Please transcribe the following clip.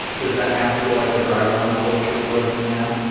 does that now feel like a dry run for what you're going through now?